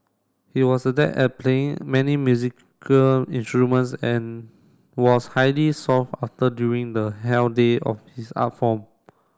he was adept at playing many musical instruments and was highly sought after during the heyday of his art form